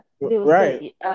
right